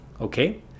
okay